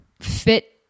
fit